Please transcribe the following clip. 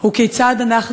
הוא כיצד אנחנו